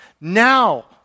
Now